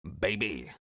Baby